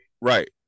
right